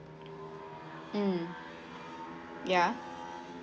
mm ya